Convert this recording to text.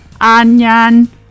onion